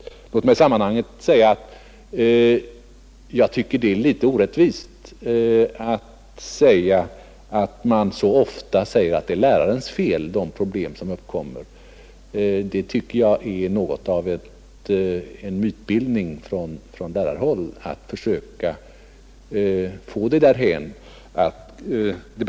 Från lärarhåll påstås det ofta att det brukar heta att det är lärarens fel när det uppkommer problem. Låt mig säga att det är något av en mytbildning. Jag anser att påståendet är orättvist.